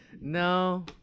No